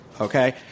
Okay